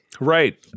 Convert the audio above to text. Right